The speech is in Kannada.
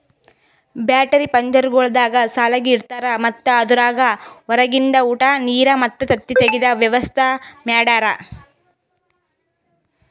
ಬ್ಯಾಟರಿ ಪಂಜರಗೊಳ್ದಾಗ್ ಸಾಲಾಗಿ ಇಡ್ತಾರ್ ಮತ್ತ ಅದುರಾಗ್ ಹೊರಗಿಂದ ಉಟ, ನೀರ್ ಮತ್ತ ತತ್ತಿ ತೆಗೆದ ವ್ಯವಸ್ತಾ ಮಾಡ್ಯಾರ